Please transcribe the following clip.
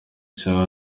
cha